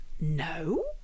No